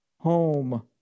home